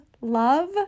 love